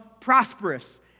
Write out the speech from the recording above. prosperous